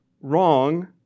wrong